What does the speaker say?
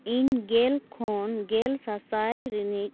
ᱤᱧ ᱜᱮᱞ ᱠᱷᱚᱱ ᱜᱮᱞ ᱥᱟᱥᱟᱭ ᱨᱤᱱᱤᱡ